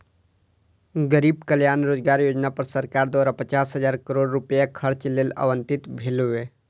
गरीब कल्याण रोजगार योजना पर सरकार द्वारा पचास हजार करोड़ रुपैया खर्च लेल आवंटित भेलै